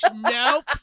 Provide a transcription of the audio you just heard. nope